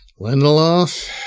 Lindelof